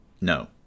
No